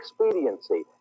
expediency